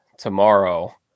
Tomorrow